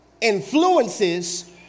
influences